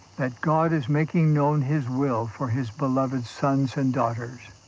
that god is making known his will for his beloved sons and daughters.